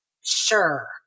Sure